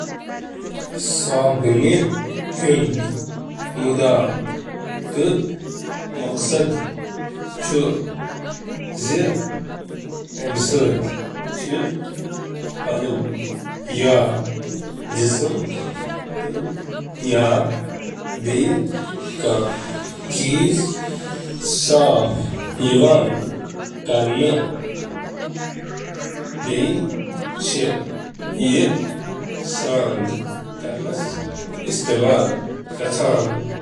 گھریلو ترتیبس منٛز، صابن، خاص طور پٲٹھۍ "ٹوائلٹ صابن"، چھِ سرفیکٹنٹ آسان یِم عام طور پٲٹھۍ چھلنہٕ، غسل کرنہٕ تہٕ باقی قٕسمٕک ہاؤس کیپنگ تہٕ باقی قٕسمٕک ہاؤس کیپنگ خٲطرٕ استعمال چھِ یِوان کرنہٕ۔